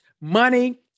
Money